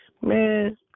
Man